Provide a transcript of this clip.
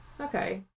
Okay